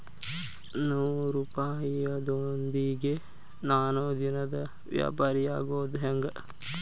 ನೂರುಪಾಯದೊಂದಿಗೆ ನಾನು ದಿನದ ವ್ಯಾಪಾರಿಯಾಗೊದ ಹೆಂಗ?